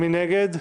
6 נגד,